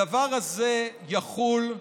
הדבר הזה יחול,